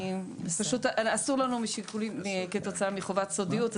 אסור לנו כתוצאה מחובת סודיות,